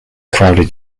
crowded